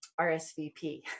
RSVP